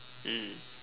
mm